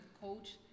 coach